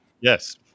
Yes